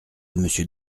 monsieur